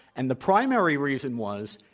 and the primary reason was,